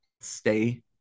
stay